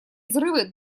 взрывы